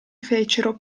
fecero